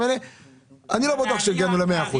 אני לא בטוח שהגענו ל-100%,